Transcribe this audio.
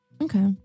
okay